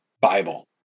Bible